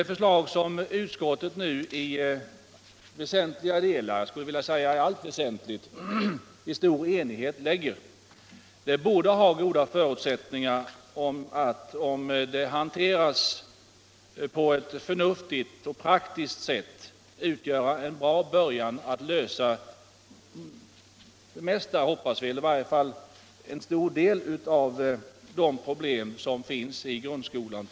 Det förslag som utskottet nu i stor enighet, om det väsentliga, har lagt fram borde ha goda förutsättningar att utgöra en bra början för att lösa de flesta, eller i varje fall en stor del, av de problem som finns framför allt i grundskolan. Villkoret är att förslaget hanteras på ett förnuftigt och praktiskt sätt.